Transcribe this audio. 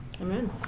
amen